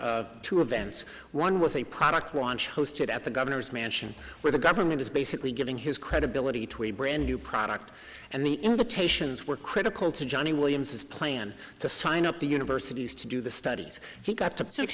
of two events one was a product launch hosted at the governor's mansion where the government is basically giving his credibility to a brand new product and the invitations were critical to johnny williams is playing to sign up the universities to do the studies he got